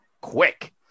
quick